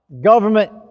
Government